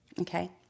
Okay